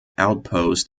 outpost